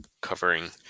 covering